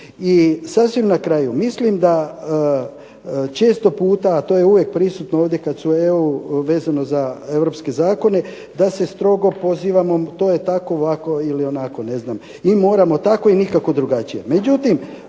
I sasvim na kraju, mislim da često puta, a to je uvijek prisutno ovdje kad su EU, vezano za europske zakone, da se strogo pozivamo to je tako, ovako ili onako, ne znam i moramo tako i nikako drugačije.